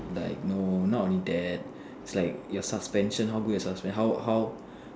like no not only that is like your suspension how good your suspension how how